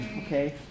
Okay